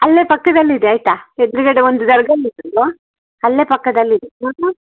ಅಲ್ಲೇ ಪಕ್ಕದಲ್ಲಿ ಇದೆ ಆಯಿತಾ ಎದುರುಗಡೆ ಒಂದು ಅಲ್ಲೇ ಪಕ್ಕದಲ್ಲಿದೆ